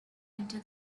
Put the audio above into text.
into